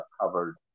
covered